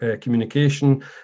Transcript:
communication